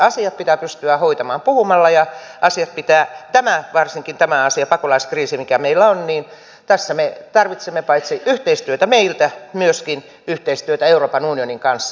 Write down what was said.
asiat pitää pystyä hoitamaan puhumalla ja varsinkin tässä asiassa pakolaiskriisissä mikä meillä on me tarvitsemme paitsi yhteistyötä meillä myöskin yhteistyötä euroopan unionin kanssa